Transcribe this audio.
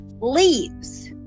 leaves